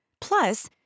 Plus